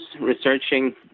researching